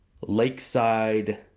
Lakeside